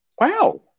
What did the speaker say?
Wow